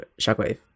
Shockwave